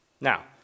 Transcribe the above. Now